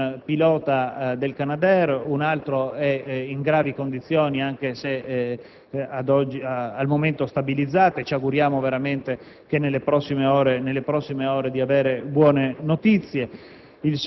il pilota del Canadair e un altro è in gravi condizioni, anche se al momento stabilizzate, e ci auguriamo veramente nelle prossime ore di avere buone notizie;